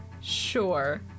Sure